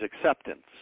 acceptance